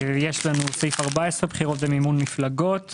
יש לו את סעיף 14, בחירות ומימון מפלגות.